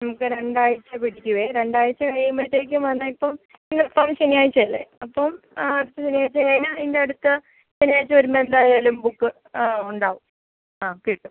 നമുക്ക് രണ്ടാഴ്ച പിടിക്കുവേ രണ്ടാഴ്ച കഴിയുമ്പത്തേക്കും വന്നാൽ ഇപ്പം ഇന്നിപ്പം ശനിയായ്ച്ചല്ലേ അപ്പം ആ അടുത്ത ശനിയാഴ്ച കഴിഞ്ഞാൽ അതിന്റെ അടുത്ത ശനിയാഴ്ച വരുമ്പോൾ എന്തായാലും ബുക്ക് ആ ഉണ്ടാകും ആ കിട്ടും